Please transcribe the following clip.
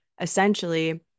essentially